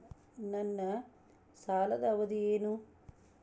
ನನ್ನ ಸಾಲದ ಅವಧಿ ಏನು?